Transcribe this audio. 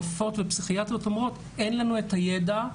רופאות ופסיכיאטריות אומרות - אין לנו את הידע.